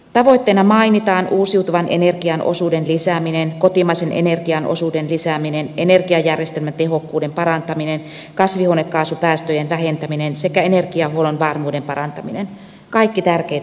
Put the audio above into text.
tavoitteina mainitaan uusiutuvan energian osuuden lisääminen kotimaisen energian osuuden lisääminen energiajärjestelmän tehokkuuden parantaminen kasvihuonekaasupäästöjen vähentäminen sekä energiahuollon varmuuden parantaminen kaikki tärkeitä asioita